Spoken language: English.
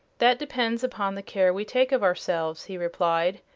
that depends upon the care we take of ourselves, he replied.